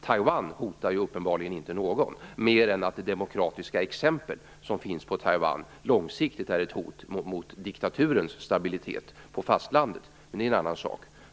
Taiwan hotar uppenbarligen inte någon mer än att demokratiska exempel i Taiwan långsiktigt är ett hot mot diktaturens stabilitet på fastlandet, men det är en annan sak.